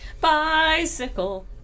Bicycle